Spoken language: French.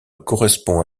correspond